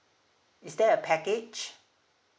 is there a package